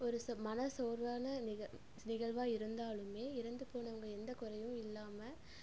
ஒரு மனசோர்வான நிக நிகழ்வாக இருந்தாலுமே இறந்து போனவங்க எந்த குறையும் இல்லாமல்